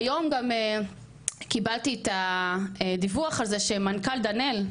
היום גם קיבלתי את הדיווח על זה שמנכ"ל דנאל,